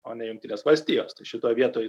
o ne jungtinės valstijos tai šitoj vietoj